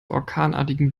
orkanartigen